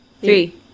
Three